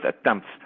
attempts